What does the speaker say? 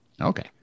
okay